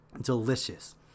delicious